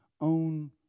own